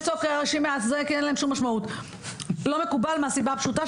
לא מקובל מהסיבה הפשוטה,